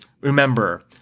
Remember